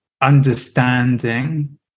understanding